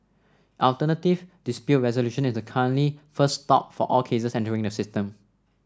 alternative dispute resolution is the currently first stop for all cases entering the system